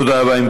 תודה רבה.